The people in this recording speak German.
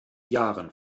jahren